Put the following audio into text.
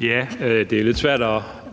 Det er lidt svært